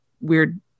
weird